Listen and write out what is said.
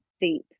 deep